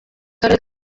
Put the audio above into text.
karere